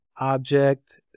object